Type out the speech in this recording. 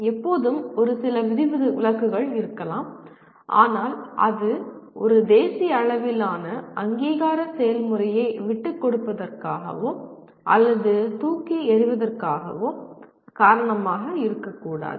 எப்போதும் ஒரு சில விதிவிலக்குகள் இருக்கலாம் ஆனால் அது ஒரு தேசிய அளவிலான அங்கீகார செயல்முறையை விட்டுக்கொடுப்பதற்கோ அல்லது தூக்கி எறிவதற்கோ காரணமாக இருக்கக் கூடாது